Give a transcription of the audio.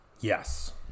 Yes